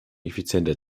effizienter